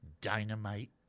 Dynamite